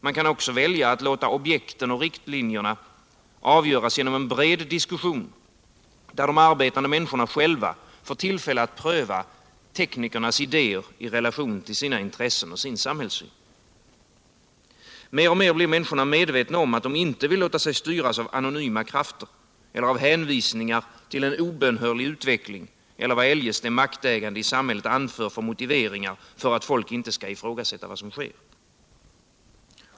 Man kan också välja att låta objekten och riktlinjerna avgöras genom en bred diskussion där de arbetande människorna själva får tillfälle att pröva teknikernas idéer i relation till sina intressen och sin samhällssyn. Mer och mer blir människorna medvetna om att de inte vill låta sig styras av anonyma krafter eller hänvisningar till en obönhörlig utveckling, eller vad eljest de maktägande i samhället anför för motiveringar för att folk inte skall ifrågasätta vad som sker.